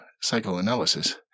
psychoanalysis